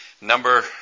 Number